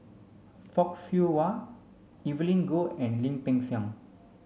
Fock Siew Wah Evelyn Goh and Lim Peng Siang